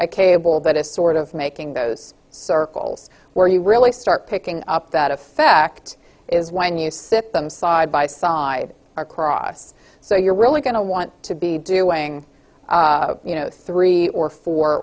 a cable but it's sort of making those circles where you really start picking up that effect is when you sit them side by side or cross so you're really going to want to be doing you know three or four